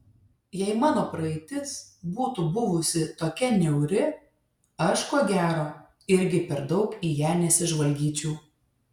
jei mano praeitis būtų buvusi tokia niauri aš ko gero irgi per daug į ją nesižvalgyčiau